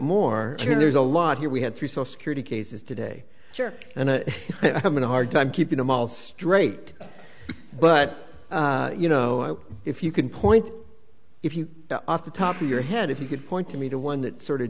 here there's a lot here we have three so security cases today and i'm in a hard time keeping them all straight but you know if you can point if you off the top of your head if you could point to me to one that sort of